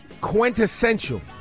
quintessential